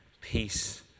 peace